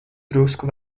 drusku